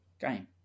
game